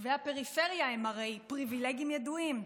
תושבי הפריפריה הם הרי פריבילגים ידועים,